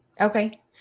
Okay